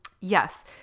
yes